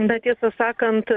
bet tiesą sakant